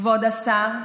כבוד השר,